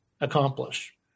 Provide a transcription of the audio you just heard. accomplish